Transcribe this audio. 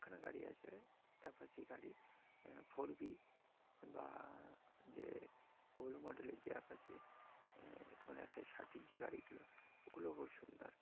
একখানা গাড়ি আছে অ্যাপাচির গাড়ি মানে ফোর বি বা যে ওল্ড মডেলের যে অ্যাপাচি তোমার একশো ষাটের যে গাড়িগুলো ওগুলোও খুব সুন্দর